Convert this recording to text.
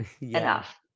enough